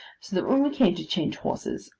so that when we came to change horses,